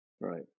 right